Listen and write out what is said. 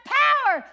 power